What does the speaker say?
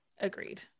Agreed